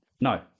no